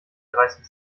dreißig